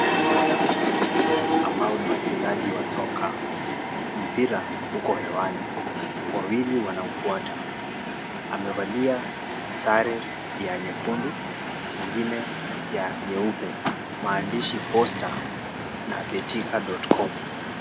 Wanaume sita ambao ni wachezaji wa soka, mpira uko hewani, wawili wanaufuata. Amevalia sare ya nyekundu, mwingine ya nyeupe, maandishi posta na betika.com.